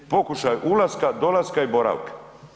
Pokušaj ulaska, dolaska i boravka.